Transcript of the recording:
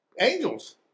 angels